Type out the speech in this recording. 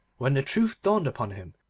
when the truth dawned upon him,